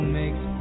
makes